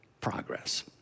progress